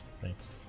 Thanks